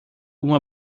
uma